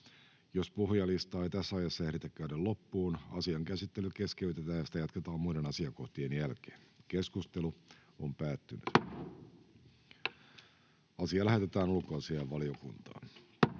Jos puhujalistaa ei tässä ajassa ehditä käydä loppuun, asian käsittely keskeytetään ja sitä jatketaan muiden asiakohtien jälkeen. — Ministeri Purra, olkaa